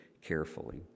carefully